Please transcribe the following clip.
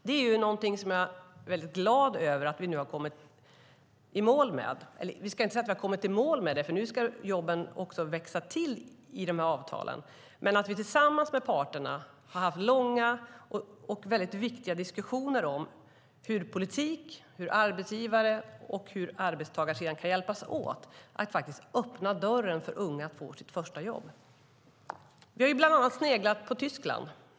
Det är någonting jag är väldigt glad över att vi har kommit i mål med. Eller, vi ska inte säga att vi har kommit i mål med det, för nu ska jobben också växa till med de avtalen. Vi har dock tillsammans med parterna haft långa och väldigt viktiga diskussioner om hur politik, arbetsgivare och arbetstagarsidan kan hjälpas åt att öppna dörren för unga att få sitt första jobb. Vi har bland annat sneglat på Tyskland.